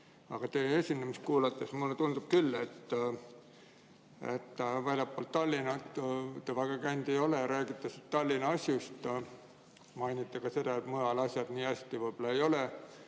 Aga teie esinemist kuulates mulle tundub küll, et väljaspool Tallinna te väga käinud ei ole ja räägite Tallinna asjust. Mainite ka seda, et mujal asjad nii hästi võib-olla ei ole.